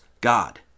God